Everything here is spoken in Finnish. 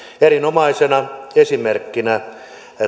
erinomaisena esimerkkinä